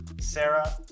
Sarah